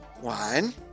one